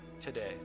today